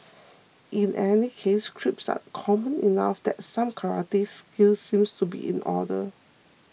in any case creeps are common enough that some karate skills seem to be in order